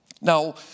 Now